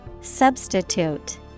Substitute